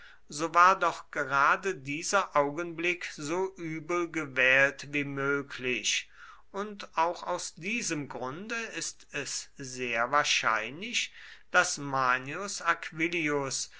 so war doch gerade dieser augenblick so übel gewählt wie möglich und auch aus diesem grunde ist es sehr wahrscheinlich daß manius